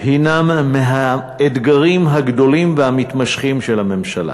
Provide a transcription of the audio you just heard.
הנם מהאתגרים הגדולים והמתמשכים של הממשלה.